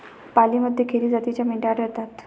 पालीमध्ये खेरी जातीच्या मेंढ्या आढळतात